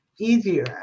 easier